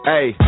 Hey